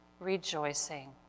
rejoicing